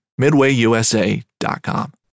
MidwayUSA.com